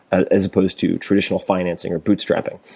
ah as opposed to traditional financing or bootstrapping.